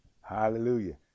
hallelujah